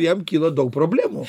jam kyla daug problemų